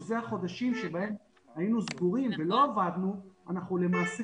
שזה החודשים שבהם היינו סגורים ולא עבדנו אנחנו למעשה